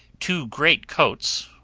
two great coats,